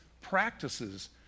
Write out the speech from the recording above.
practices